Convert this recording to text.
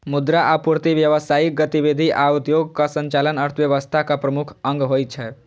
मुद्रा आपूर्ति, व्यावसायिक गतिविधि आ उद्योगक संचालन अर्थव्यवस्थाक प्रमुख अंग होइ छै